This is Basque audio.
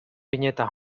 bineta